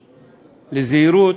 לזהירות,